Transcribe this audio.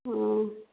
ହଁ